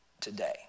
today